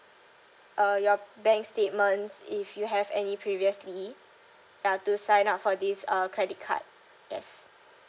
uh your bank statements if you have any previously ya to sign up for this uh credit card yes